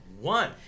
one